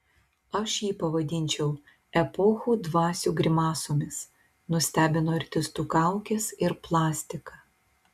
aš jį pavadinčiau epochų dvasių grimasomis nustebino artistų kaukės ir plastika